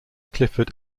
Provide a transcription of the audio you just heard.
clifford